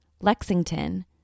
Lexington